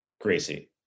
Gracie